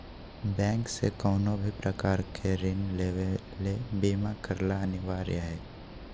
bank से कउनो भी प्रकार के ऋण लेवे ले बीमा करला अनिवार्य हय